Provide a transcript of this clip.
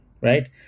right